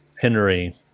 Henry